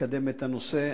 לקדם את הנושא.